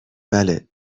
بله